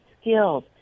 skills